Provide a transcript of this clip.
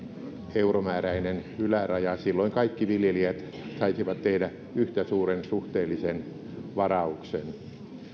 euromääräinen yläraja silloin kaikki viljelijät saisivat tehdä yhtä suuren suhteellisen varauksen